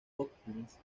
hopkins